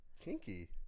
Kinky